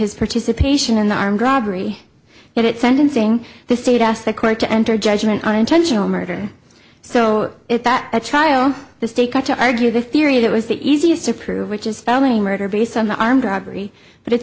his participation in the armed robbery and at sentencing the state asked the court to enter judgment on intentional murder so that at trial the state got to argue the theory that was the easiest to prove which is spelling murder based on the armed robbery but it's